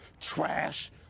trash